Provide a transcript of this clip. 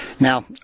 Now